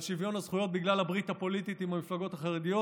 שוויון הזכויות בגלל הברית הפוליטית עם המפלגות החרדיות.